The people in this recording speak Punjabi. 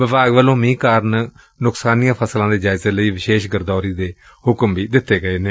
ਵਿਭਾਗ ਵੱਲੋਂ ਮੀਂਹ ਕਾਰਨ ਨੁਕਸਾਨੀਆਂ ਫ਼ਸਲਾਂ ਦੇ ਜਾਇਜ਼ੇ ਲਈ ਵਿਸ਼ੇਸ਼ ਗਿਰਦਾਵਰੀ ਦਾ ਵੀ ਹੁਕਮ ਦਿੱਤਾ ਗਿਐ